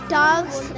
dogs